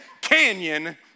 Canyon